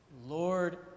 Lord